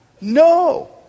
no